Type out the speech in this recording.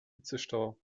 hitzestau